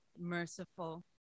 merciful